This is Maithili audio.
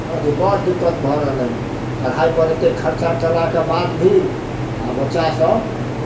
रहय दियौ बड्ड दिक्कत भऽ रहलै पढ़ाइपर एतएक खर्चा कयलाके बाद भी आब बच्चासभ